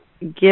give